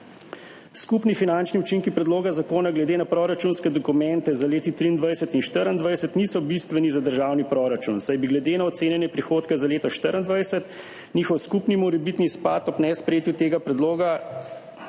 Skupni finančni učinki predloga zakona glede na proračunske dokumente za leti 2023 in 2024 niso bistveni za državni proračun, saj bi glede na ocenjene prihodka za leto 2024 njihov skupni morebitni izpad ob nesprejetju tega predloga